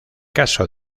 caso